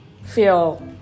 feel